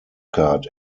cart